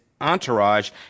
entourage